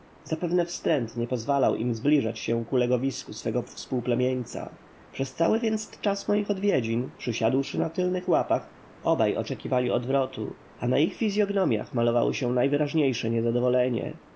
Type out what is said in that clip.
zapewne wstręt nie pozwalał im zbliżać się ku legowisku swego współplemieńca przez cały więc czas moich odwiedzin przysiadłszy na tylnych łapach obaj oczekiwali odwrotu a na ich fizyognomiach malowało się najwyraźniejsze niezadowolenie